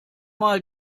mal